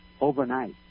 overnight